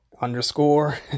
underscore